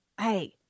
hey